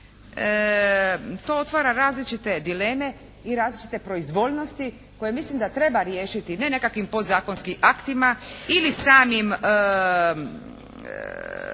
To otvara različite dileme i različite proizvoljnosti koje mislim da treba riješiti ne nekakvim pod zakonskim aktima ili samim,